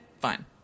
Fine